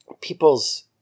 people's